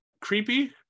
creepy